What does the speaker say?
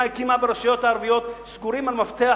הקימה ברשויות הערביות סגורים על מפתח,